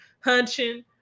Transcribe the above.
Hunching